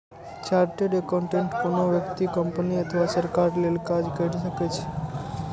chartered accountant कोनो व्यक्ति, company अथवा सरकार लेल काज कैर सकै छै